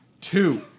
two